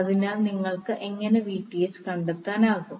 അതിനാൽ നിങ്ങൾക്ക് എങ്ങനെ Vth കണ്ടെത്താനാകും